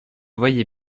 voyais